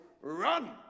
run